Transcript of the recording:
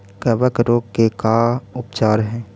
कबक रोग के का उपचार है?